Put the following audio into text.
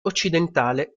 occidentale